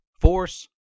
force